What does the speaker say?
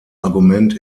argument